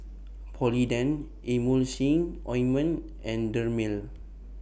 Polident Emulsying Ointment and Dermale